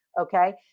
Okay